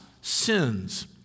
sins